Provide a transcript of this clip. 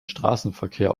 straßenverkehr